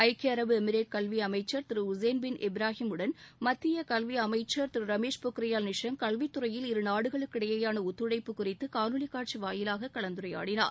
ஐக்கிய அரபு எமிரேட் கல்வியமைச்சா திரு உசேன் பின் இப்ராஹிம் உடன் மத்திய கல்வியமைச்சர் திரு ரமேஷ் பொக்ரியால் நிஷாங் கல்வித்துறையில் இரு நாடுகளுக்கிடையிலான ஒத்துழைப்பு குறித்து காணொலி காட்சி வாயிலாக கலந்துரையாடினார்